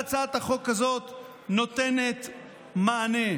והצעת החוק הזאת נותנת מענה.